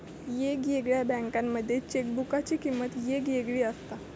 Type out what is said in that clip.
येगयेगळ्या बँकांमध्ये चेकबुकाची किमंत येगयेगळी असता